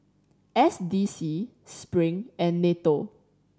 S D C Spring and NATO